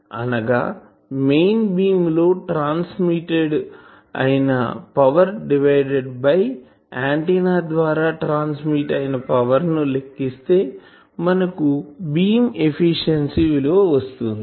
అనగా main beam లో transmitted అయిన పవర్ డివైడ్ బై ఆంటిన్నా ద్వారా ట్రాన్స్మీట్ అయినాపవర్ ను లెక్కిస్తే మనకు బీమ్ ఎఫిషియన్సీ విలువ వస్తుంది